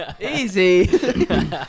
Easy